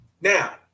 Now